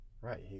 right